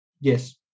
Yes